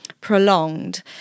prolonged